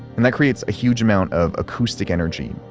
and that creates a huge amount of acoustic energy,